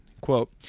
Quote